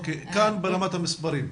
כאן זה ברמת מספרים.